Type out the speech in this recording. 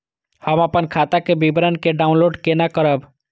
हम अपन खाता के विवरण के डाउनलोड केना करब?